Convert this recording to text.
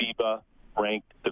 FIBA-ranked